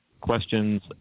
questions